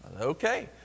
Okay